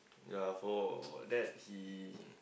ya for that he